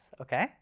okay